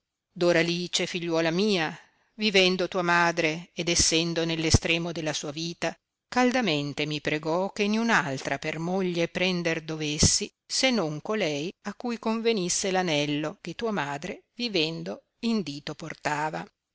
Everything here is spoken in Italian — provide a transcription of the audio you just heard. disse doralice figliuola mia vivendo tua madre ed essendo nell'estremo della sua vita caldamente mi pregò che niun altra per moglie prender dovessi se non colei a cui convenisse l'anello che tua madre vivendo in dito portava